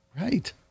Right